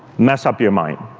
mess up your mind,